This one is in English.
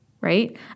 right